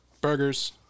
Burgers